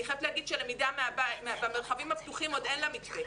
אני חייבת להגיד שללמידה במרחבים הפתוחים עוד אין מתווה.